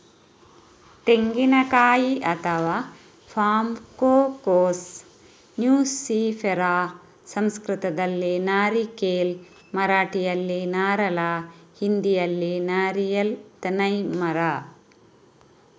ತೆಂಗಿನಕಾಯಿ ಅಥವಾ ಪಾಮ್ಕೋಕೋಸ್ ನ್ಯೂಸಿಫೆರಾ ಸಂಸ್ಕೃತದಲ್ಲಿ ನಾರಿಕೇಲ್, ಮರಾಠಿಯಲ್ಲಿ ನಾರಳ, ಹಿಂದಿಯಲ್ಲಿ ನಾರಿಯಲ್ ತೆನ್ನೈ ಮರ